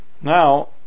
Now